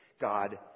God